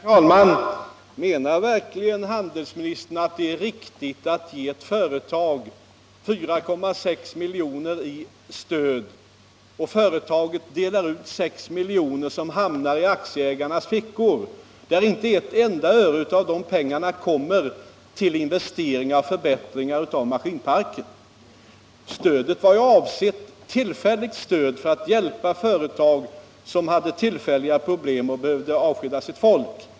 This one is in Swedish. Herr talman! Menar verkligen handelsministern att det är riktigt att ge ett företag 4,6 milj.kr. i stöd och att företaget delar ut 6 milj.kr. som hamnar i aktieägarnas fickor, där inte ett enda öre av pengarna går till investeringar och förbättringar av maskinparken? Det var ju ett tillfälligt stöd som var avsett att hjälpa företag som hade tillfälliga problem och behövde avskeda sitt folk.